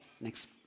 next